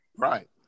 Right